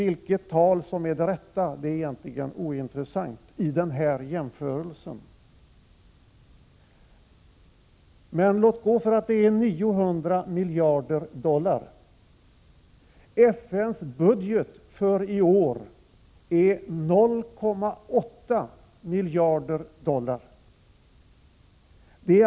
Vilket belopp som är det rätta är egentligen ointressant i sammanhanget. Men låt gå för att det är 900 miljarder dollar. FN:s budget för i år är 0,8 miljarder dollar.